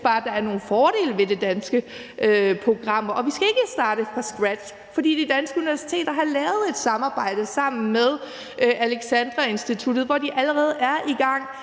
jeg synes bare, at der er nogle fordele ved det danske program. Og vi skal ikke starte fra scratch, for de danske universiteter har lavet et samarbejde med Alexandra Instituttet, så de er allerede i gang